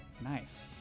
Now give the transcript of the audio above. nice